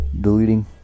deleting